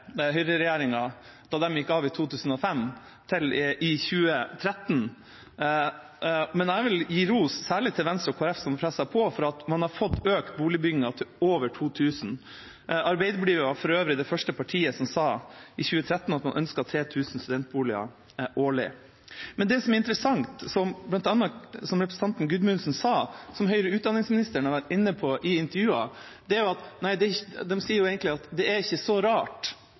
gikk av i 2005 til i 2013. Men jeg vil gi ros til særlig Venstre og Kristelig Folkeparti, som har presset på for at man har fått økt boligbyggingen til over 2 000. Arbeiderpartiet var for øvrig i 2013 det første partiet som sa at man ønsket 3 000 studentboliger årlig. Men det som er interessant, som representanten Gudmundsen sa og som høyere utdanningsministeren har vært inne på i intervjuer, er at de egentlig sier at det ikke er så rart at søkingen er